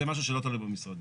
זה משהו שלא תלוי במשרדים.